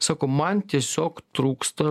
sakau man tiesiog trūksta